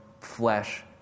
flesh